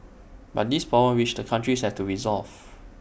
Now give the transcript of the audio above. but these problems which the countries have to resolve